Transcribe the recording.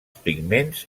pigments